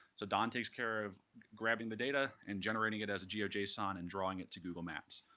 so don takes care of grabbing the data, and generating it as a geojson, and drawing it to google maps.